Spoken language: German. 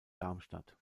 darmstadt